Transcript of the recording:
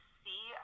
see